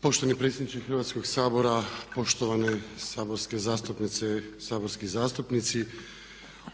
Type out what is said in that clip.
Poštovani predsjedniče Hrvatskoga sabora, poštovane saborske zastupnice i saborski zastupnici.